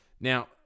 Now